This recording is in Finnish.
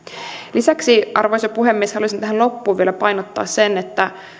lisäksi arvoisa puhemies haluaisin tähän loppuun vielä painottaa sitä että